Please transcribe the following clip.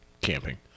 Camping